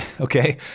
Okay